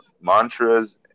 mantras